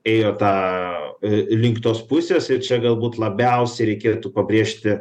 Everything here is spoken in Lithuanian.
ėjo tą į link tos pusės ir čia galbūt labiausiai reikėtų pabrėžti